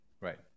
Right